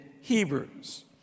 Hebrews